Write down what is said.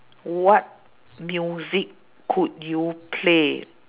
what music could you play